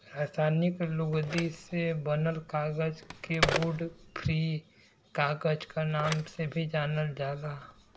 रासायनिक लुगदी से बनल कागज के वुड फ्री कागज क नाम से भी जानल जाला